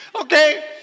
Okay